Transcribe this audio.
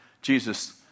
Jesus